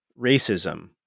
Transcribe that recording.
racism